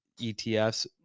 etfs